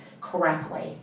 correctly